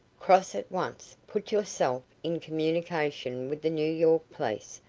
cross at once put yourself in communication with the new york police,